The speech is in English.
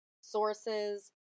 sources